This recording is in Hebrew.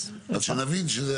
אז שנבין.